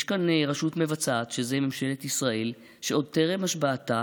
יש כאן רשות מבצעת, ממשלת ישראל, שעוד טרם השבעתה